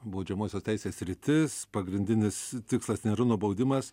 baudžiamosios teisės sritis pagrindinis tikslas nėra nubaudimas